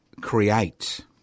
create